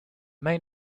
main